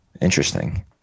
interesting